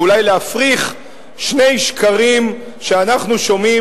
או אולי להפריך שני שקרים שאנחנו שומעים